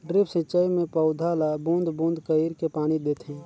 drip सिंचई मे पउधा ल बूंद बूंद कईर के पानी देथे